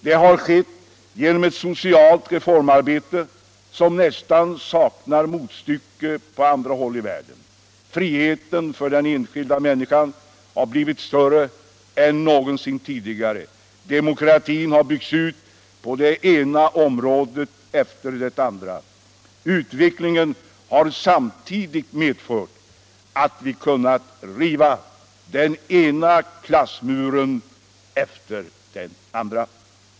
Det har skett genom ett socialt reformarbete som nästan saknar motstycke på andra håll i världen. Friheten för den enskilda människan har blivit större än någonsin tidigare. Demokratin har byggts ut på det ena området efter det andra. Utvecklingen har samtidigt medfört att vi kunnat riva den ena klassmuren efter den andra.